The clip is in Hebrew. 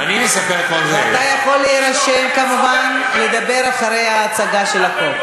ואתה יכול להירשם כמובן לדבר אחרי ההצגה של החוק.